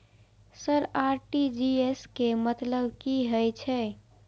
Sir RTGS के मतलब की हे छे?